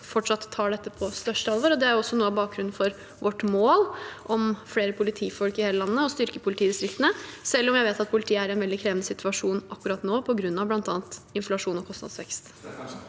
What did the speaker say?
fortsatt tar dette på største alvor. Det er også noe av bakgrunnen for vårt mål om flere politifolk i hele landet og å styrke politidistriktene – selv om jeg vet at politiet er i en veldig krevende situasjon akkurat nå på grunn av bl.a. inflasjon og kostnadsvekst.